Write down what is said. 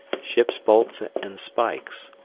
ship bolts and spikes,